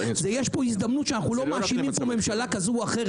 יש פה הזדמנות שאנו לא מאשימים ממשלה כזו או אחרת.